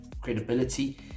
credibility